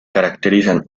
caracterizan